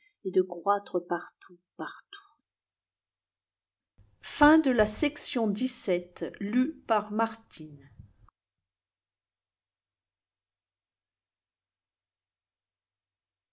et de croître partout partout